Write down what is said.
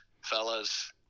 fellas